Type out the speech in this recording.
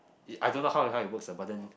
I don't know how how it works lah but then